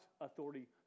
authority